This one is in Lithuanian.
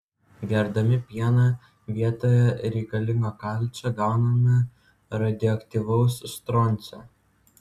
gerdami pieną vietoje reikalingo kalcio gauname radioaktyvaus stroncio